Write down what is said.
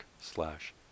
slash